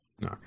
No